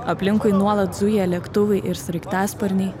aplinkui nuolat zuja lėktuvai ir sraigtasparniai